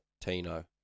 Tino